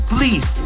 Please